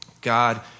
God